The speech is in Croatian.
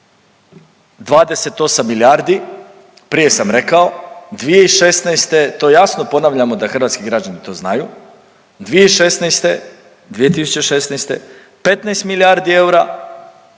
28 milijardi, prije sam rekao 2016., to jasno ponavljamo da hrvatski građani to znaju, 2016., 2016. 15 milijardi eura,